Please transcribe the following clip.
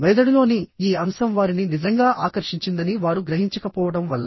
మెదడులోని ఈ అంశం వారిని నిజంగా ఆకర్షించిందని వారు గ్రహించకపోవడం వల్ల